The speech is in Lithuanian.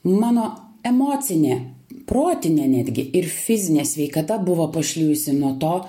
mano emocinė protinė netgi ir fizinė sveikata buvo pašlijusi nuo to